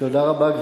תודה רבה.